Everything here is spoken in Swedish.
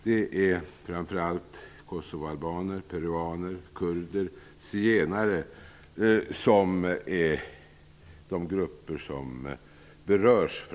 Det är framför allt kosovoalbaner, peruaner, kurder och zigenare som berörs.